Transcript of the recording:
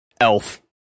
elf